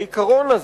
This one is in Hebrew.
העיקרון הזה,